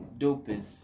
dopest